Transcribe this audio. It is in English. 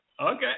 Okay